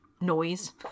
noise